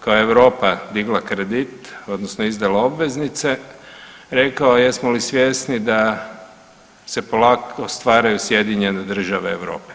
kao Europa digla kredit odnosno izdala obveznice rekao jesmo li svjesni da se polako stvaraju Sjedinjene Države Europe.